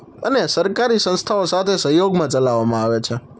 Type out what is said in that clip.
અને સરકારી સંસ્થાઓ સાથે સહયોગમાં ચલાવામાં આવે છે